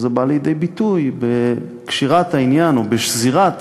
וזה בא לידי ביטוי בקשירת העניין או בשזירת